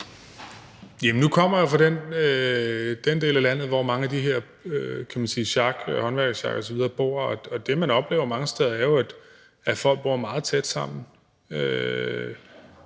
nu kommer jeg fra den del af landet, hvor mange af de her, kan man sige, sjak – håndværkersjak osv. – bor, og det, man oplever mange steder, er jo, at folk bor meget tæt sammen.